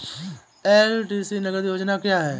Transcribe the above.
LTC नगद योजना क्या है?